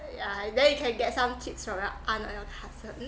yeah and then you can get some tips from your aunt or your cousin